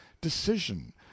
decision